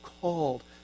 called